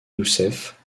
youssef